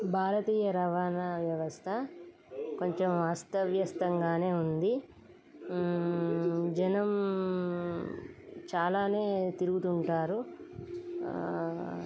భారతీయ రవాణా వ్యవస్థ కొంచెం అస్తవ్యస్తంగానే ఉంది జనం చాలానే తిరుగుతుంటారు